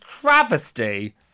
travesty